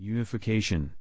Unification